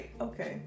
Okay